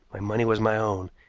my money was my own,